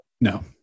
No